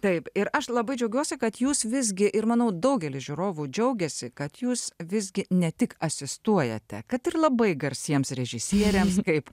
taip ir aš labai džiaugiuosi kad jūs visgi ir manau daugelis žiūrovų džiaugiasi kad jūs visgi ne tik asistuojate kad ir labai garsiems režisieriams kaip